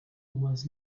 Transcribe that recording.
was